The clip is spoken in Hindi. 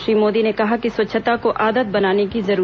श्री मोदी ने कहा कि स्वच्छता को आदत बनाने की जरूरत है